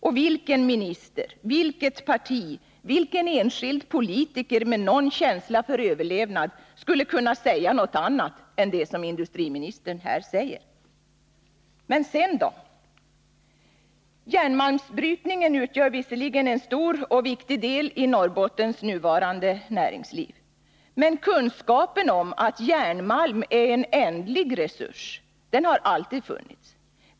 Och vilken minister, vilket parti, vilken enskild politiker med någon känsla för överlevnad skulle kunna säga annat än det som industriministern här säger? Men sedan då? 167 Järnmalmsbrytningen utgör visserligen en stor och viktig del i Norrbottens nuvarande näringsliv. Men kunskapen om att järnmalm är en ändlig resurs har alltid funnits.